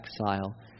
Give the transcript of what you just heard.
exile